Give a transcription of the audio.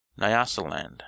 nyasaland